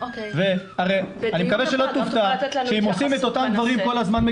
אני מקווה שלא תופתע שכשעושים את אותם דברים כל הזמן,